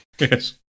Yes